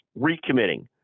recommitting